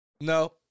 No